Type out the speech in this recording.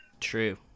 True